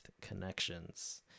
connections